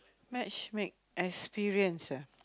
matchmake experience ah